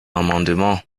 amendement